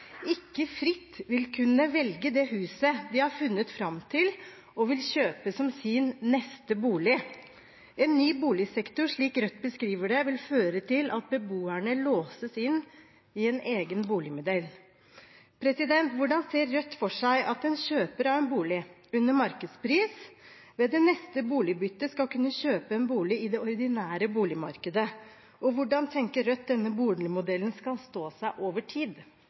ikke fritt vil kunne velge det huset de har funnet fram til og vil kjøpe som sin neste bolig. En ny boligsektor, slik Rødt beskriver det, vil føre til at beboerne låses inn i en egen boligmodell. Hvordan ser Rødt for seg at en kjøper av en bolig under markedspris ved det neste boligbyttet skal kunne kjøpe en bolig i det ordinære boligmarkedet? Hvordan tenker Rødt at denne boligmodellen skal stå seg over tid?